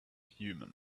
human